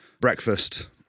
breakfast